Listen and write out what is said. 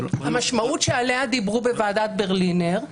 המשמעות שעליה דיברו בוועדת ברלינר,